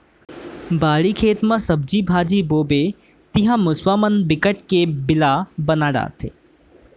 बाड़ी, खेत म सब्जी भाजी बोबे तिंहा मूसवा मन बिकट के बिला बना डारथे